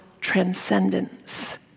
transcendence